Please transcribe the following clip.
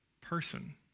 person